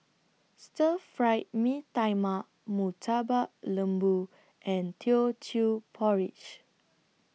Stir Fried Mee Tai Mak Murtabak Lembu and Teochew Porridge